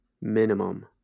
minimum